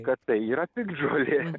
kad tai yra piktžolė